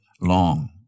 long